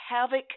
havoc